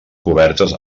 cobertes